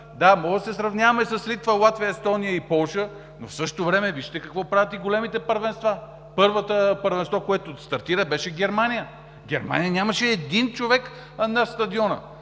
Да, може да се сравняваме с Литва, Латвия, Естония и Полша, но в същото време вижте какво правят и големите първенства. Първото първенство, което стартира, беше в Германия. В Германия нямаше един човек на стадиона.